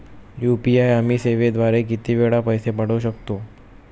UPI आम्ही सेवेद्वारे किती वेळा पैसे पाठवू शकतो?